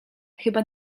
chyba